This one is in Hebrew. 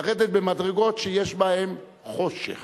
לרדת במדרגות שיש בהן חושך